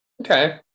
Okay